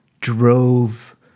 drove